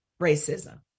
racism